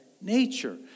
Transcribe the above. nature